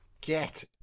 get